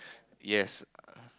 yes